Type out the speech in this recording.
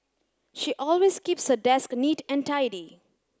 she always keeps her desk neat and tidy